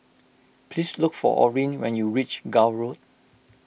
please look for Orin when you reach Gul Road